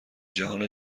جهان